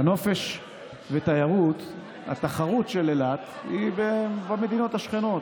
בנופש ותיירות התחרות של אילת היא במדינות השכנות,